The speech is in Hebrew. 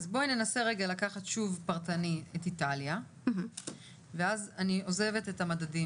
אז בואי ננסה רגע לקחת שוב פרטני את איטליה ואז אני עוזבת את המדדים